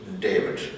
David